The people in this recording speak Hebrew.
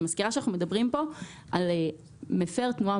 אני מזכירה שאנחנו מדברים כאן על מפר תנועה